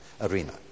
arena